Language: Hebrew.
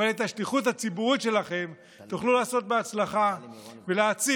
אבל את השליחות הציבורית שלכם תוכלו לעשות בהצלחה ולהציל,